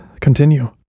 Continue